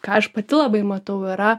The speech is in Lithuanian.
ką aš pati labai matau yra